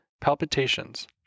palpitations